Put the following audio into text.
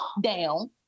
down